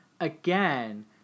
again